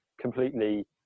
completely